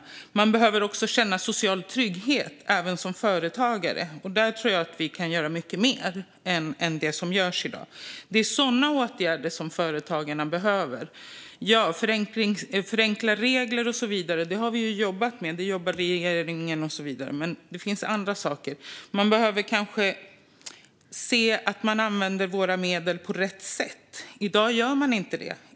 Även företagare behöver känna social trygghet, och där tror jag att vi kan göra mycket mer än i dag. Det är sådana åtgärder som företagarna behöver. Att förenkla regler och så vidare har regeringen jobbat med, men det finns andra saker. Man behöver kanske se till att man använder våra medel på rätt sätt. I dag gör man inte det.